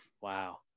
Wow